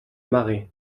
marées